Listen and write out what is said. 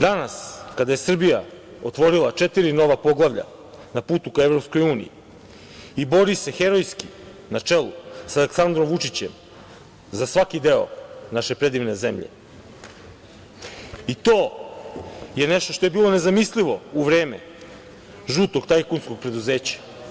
Danas kada je Srbija otvorila četiri nova poglavlja na putu ka EU i bori se herojski na čelu sa Aleksandrom Vučićem za svaki deo naše predivne zemlje i to je nešto što je bilo nezamislivo u vreme žutog tajkunskog preduzeća.